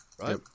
right